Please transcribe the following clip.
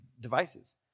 devices